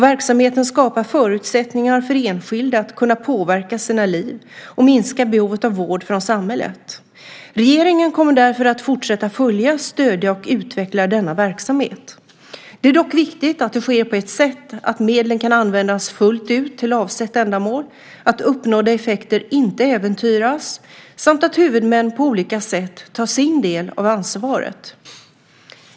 Verksamheten skapar förutsättningar för enskilda att kunna påverka sina liv och minskar behovet av vård från samhället. Regeringen kommer därför att fortsätta följa, stödja och utveckla denna verksamhet. Det är dock viktigt att det sker på ett sådant sätt att medlen kan användas fullt ut till avsett ändamål, att uppnådda effekter inte äventyras samt att huvudmän på olika sätt tar sin del av ansvaret.